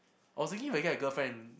I was thinking if I get a girlfriend